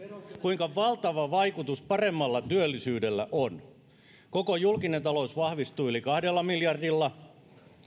kuinka valtava vaikutus paremmalla työllisyydellä on koko julkinen talous vahvistuu yli kahdella miljardilla